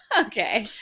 okay